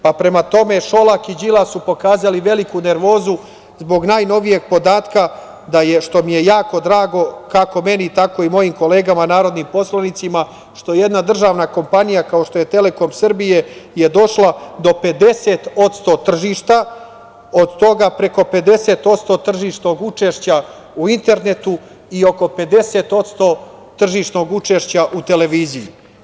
Prema tome Šolak i Đilas su pokazali veliku nervozu zbog najnovijeg podatka, što mi je jako drago, kako meni tako i mojim kolegama narodnim poslanicima, što jedna državna kompanija kao što je „Telekom Srbija“ je došla do 50% tržišta, od toga preko 50% tržišnog učešća u internetu i oko 50% tržišnog učešća u televiziji.